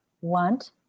want